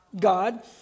God